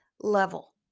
level